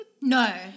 No